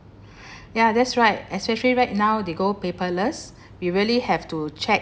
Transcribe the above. ya that's right especially right now they go paperless we really have to check